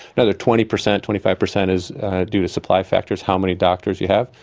another twenty per cent, twenty five per cent is due to supply factors how many doctors you have.